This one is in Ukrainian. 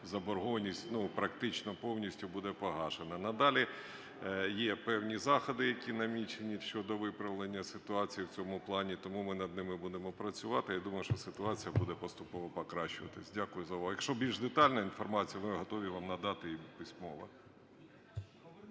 заборгованість, ну, практично повністю буде погашена. Надалі є певні заходи, які намічені щодо виправлення ситуації в цьому плані, тому ми над ними будемо працювати. Я думаю, що ситуація буде поступово покращуватись. Дякую за увагу. Якщо більш детальна інформація, ми готові вам надати письмово.